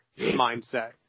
mindset